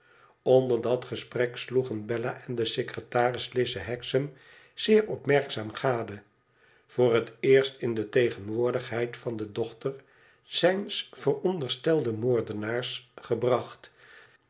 onder dat gesprek sloegen bella en de secretaris lize hexam zeer opmerkzaam gade voor het eerst in de tegenwoordigheid van de dochter zijns vooronderstelden moordenaars gebracht